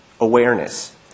awareness